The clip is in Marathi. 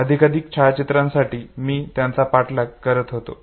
अधिकाधिक छायाचित्रांसाठी मी त्यांचा पाठलाग करत होतो